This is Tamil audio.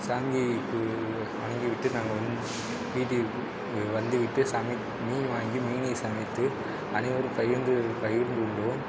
சாமி கு வணங்கி விட்டு நாங்கள் வந்து வீட்டுக்கு வந்து விட்டு சமைத்த மீன் வாங்கி மீனை சமைத்து அனைவரும் பகிர்ந்து பகிர்ந்து உண்டுவோம்